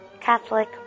Catholic